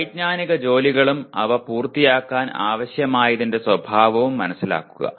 വൈജ്ഞാനിക ജോലികളും അവ പൂർത്തിയാക്കാൻ ആവശ്യമായതിന്റെ സ്വഭാവവും മനസിലാക്കുക